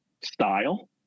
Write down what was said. style